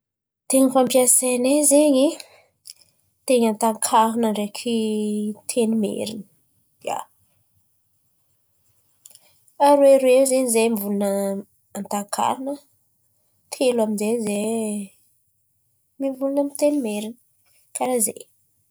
Teny fampiasain̈ay zen̈y, teny Antakarana ndraiky teny merina. Ià, aroeroe eo zen̈y izahay mivolan̈a amin'ny teny Antakarana, telo amin'izay mivolan̈a teny merina, karà zen̈y.